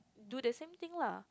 do the same thing lah